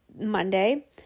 Monday